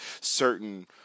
certain